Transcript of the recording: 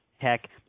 Tech